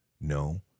No